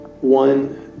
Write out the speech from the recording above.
one